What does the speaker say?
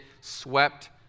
swept